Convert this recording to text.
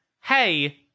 hey